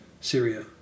Syria